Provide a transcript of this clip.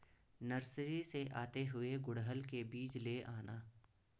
nursery से आते हुए गुड़हल के बीज ले आना